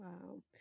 Wow